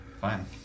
Fine